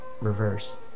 reverse